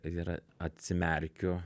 ir atsimerkiu